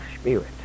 spirit